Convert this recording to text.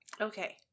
okay